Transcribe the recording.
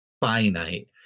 finite